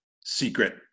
secret